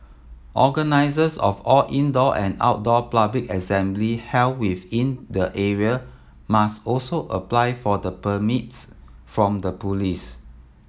organisers of all indoor and outdoor public assembly held within the area must also apply for the permits from the police